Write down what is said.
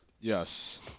Yes